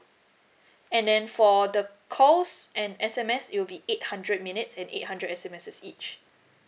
and then for the calls and S_M_S it will be eight hundred minutes and eight hundred S_M_S each